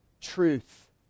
truth